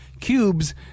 cubes